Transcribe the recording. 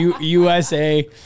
USA